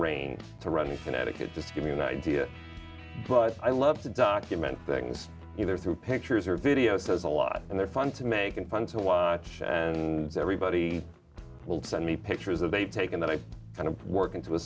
reins to run the connecticut just give you an idea but i love to document things either through pictures or videos there's a lot and they're fun to make and fun to watch and everybody will send me pictures of they taken that i kind of work into